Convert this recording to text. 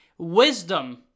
wisdom